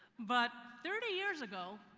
but thirty years ago,